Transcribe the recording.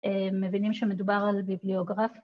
מבינים שמדובר על ביבליוגרף?